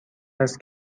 است